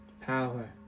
power